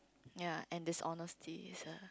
ya and dishonesty is the